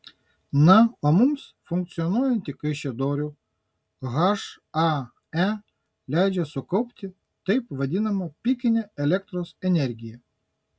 na o mums funkcionuojanti kaišiadorių hae leidžia sukaupti taip vadinamą pikinę elektros energiją